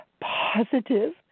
positive